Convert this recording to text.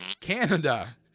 Canada